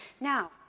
Now